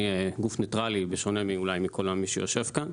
אני גוף ניטרלי, בשונה אולי ממי שיושב כאן,